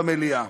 במליאה.